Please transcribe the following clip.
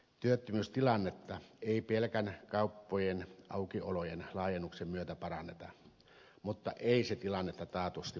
työttömyystilannetta ei pelkän kauppojen aukiolojen laajennuksen myötä paranneta mutta ei se tilannetta taatusti pahennakaan